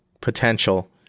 potential